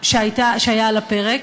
שהיה על הפרק,